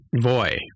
Voy